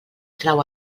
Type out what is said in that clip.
trau